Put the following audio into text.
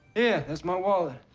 yeah, that's my wallet.